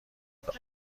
داد